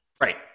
Right